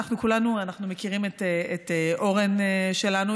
אנחנו כולנו מכירים את אורן שלנו,